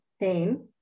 pain